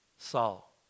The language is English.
Saul